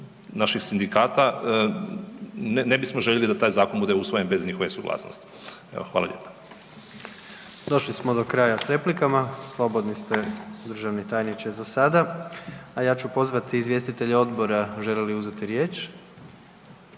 naših sindikata ne bismo voljeli da taj zakon bude usvojen bez njihove suglasnosti. Evo, hvala lijepa. **Jandroković, Gordan (HDZ)** Došli smo do kraja s replikama, slobodni ste državni tajniče za sada, a ja ću pozvati izvjestitelje odbora želi li uzeti riječ.